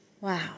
Wow